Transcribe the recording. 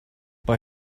bei